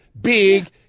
big